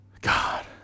God